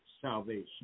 salvation